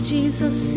Jesus